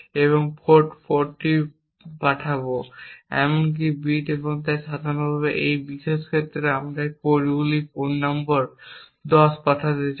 এবং পোর্ট 40 পাঠাব। এমনকি বিট তাই উদাহরণস্বরূপ এই বিশেষ ক্ষেত্রে আমরা এই পোর্টগুলি পোর্ট নম্বর 10 পাঠাতে চাই